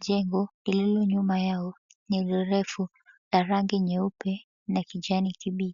Jengo lililo nyuma yao ni refu la rangi nyeupe na kijani kibichi.